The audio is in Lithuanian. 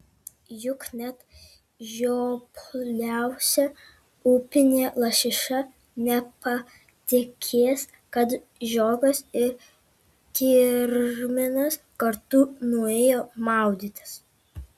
juk net žiopliausia upinė lašiša nepatikės kad žiogas ir kirminas kartu nuėjo maudytis